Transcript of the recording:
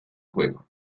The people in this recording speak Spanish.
juego